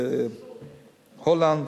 הולנד,